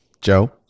Joe